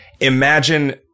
imagine